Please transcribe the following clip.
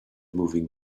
moving